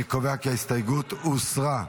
אני קובע כי ההסתייגות הוסרה.